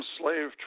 Slave